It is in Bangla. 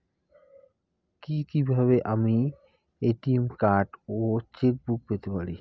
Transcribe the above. কি কিভাবে আমি এ.টি.এম কার্ড ও চেক বুক পেতে পারি?